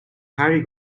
harry